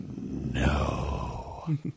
No